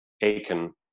Aiken